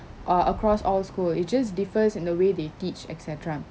or across all school it just differs in the way they teach et cetera